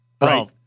Right